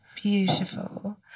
Beautiful